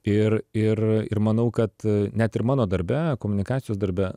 ir ir ir manau kad net ir mano darbe komunikacijos darbe